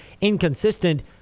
inconsistent